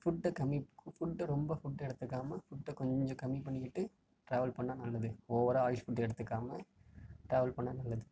ஃபுட்டை கம்மி ஃபுட்டை ரொம்ப ஃபுட் எடுத்துக்காமல் ஃபுட்டை கொஞ்சம் கம்மி பண்ணிக்கிட்டு ட்ராவல் பண்ணால் நல்லது ஓவராக ஆயில் ஃபுட் எடுத்துக்காமல் ட்ராவல் பண்ணால் நல்லது